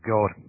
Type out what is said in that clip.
God